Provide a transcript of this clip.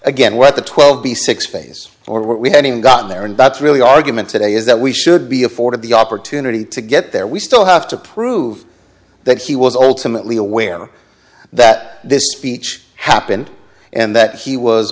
again what the twelve b six face or what we having gotten there and that's really argument today is that we should be afforded the opportunity to get there we still have to prove that he was alternately aware that this speech happened and that he was